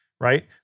right